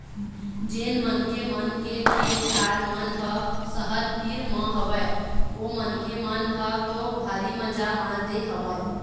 जेन मनखे मन के खेत खार मन ह सहर तीर म हवय ओ मनखे मन ह तो भारी मजा मार दे हवय